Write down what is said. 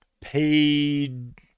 paid